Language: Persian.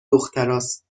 دختراست